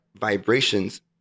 vibrations